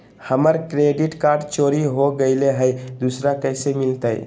हमर credit card चोरी हो गेलय हई, दुसर कैसे मिलतई?